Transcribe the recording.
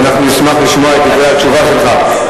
נשמח לשמוע את דברי התשובה שלך.